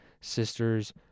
sisters